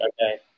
okay